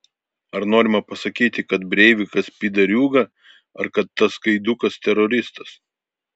ar norima pasakyti kad breivikas pydariūga ar kad tas gaidukas teroristas